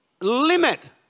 limit